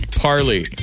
parley